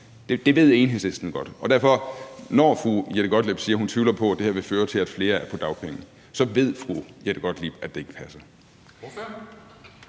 Det ved Enhedslisten godt, så når fru Jette Gottlieb siger, at hun tvivler på, at det her vil føre til, at flere er på dagpenge, så ved fru Jette Gottlieb, at det ikke passer.